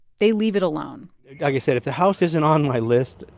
they leave it alone like i said, if the house isn't on my list,